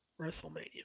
Wrestlemania